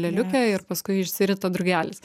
lėliukę ir paskui išsirita drugelis